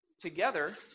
together